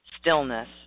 stillness